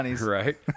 right